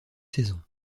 saisons